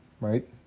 Right